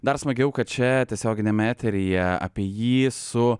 dar smagiau kad čia tiesioginiame eteryje apie jį su